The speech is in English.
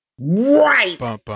right